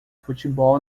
futebol